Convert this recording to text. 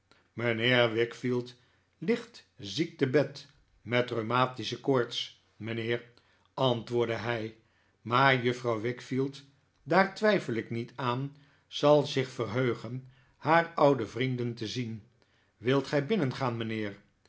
wickfield ligt ziek tebed met rheumatische koorts mijnheer antwoordde hij maar juffrouw wickfield daar twijfel ik niet aan zal zich verheugen haar oude vrienden te zien wilt gij binnengaan mijnheer